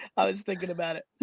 i was thinkin' about it.